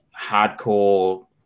hardcore